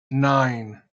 nine